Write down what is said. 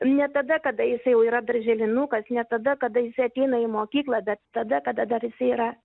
ne tada kada jisai jau yra darželinukas ne tada kada jis ateina į mokyklą bet tada kada dar jisai yra